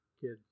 Kids